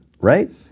Right